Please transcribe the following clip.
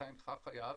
אתה אינך חייב.